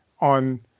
on